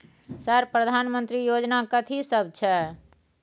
Sir प्रधानमंत्री योजना कथि सब छै?